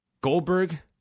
Goldberg